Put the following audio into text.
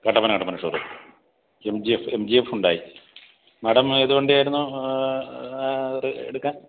Kattappana Kattappana show room M G F M G F Hyundai madam ഏതു വണ്ടിയായിരുന്നു എടുക്കാൻ